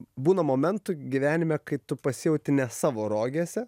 būna momentų gyvenime kai tu pasijauti ne savo rogėse